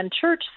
church